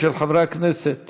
של חברי הכנסת